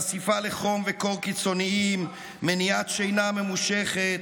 חשיפה לחום וקור קיצוניים, מניעת שינה ממושכת,